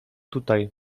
tutaj